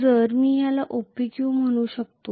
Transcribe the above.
जर मी याला OPQ म्हणू शकतो